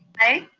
aye.